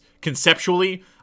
conceptually